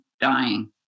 dying